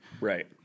right